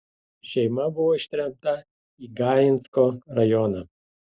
šeima buvo ištremta į gainsko rajoną